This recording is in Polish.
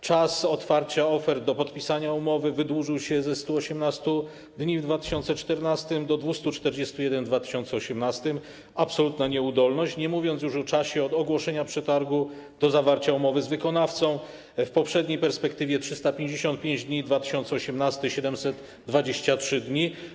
Czas od otwarcia ofert do podpisania umowy wydłużył się ze 118 dni w 2014 r. do 241 w 2018 r. - absolutna nieudolność - nie mówiąc już o czasie od ogłoszenia przetargu do zawarcia umowy z wykonawcą: w poprzedniej perspektywie - 355 dni, 2018 r. - 723 dni.